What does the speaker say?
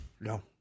No